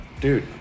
Dude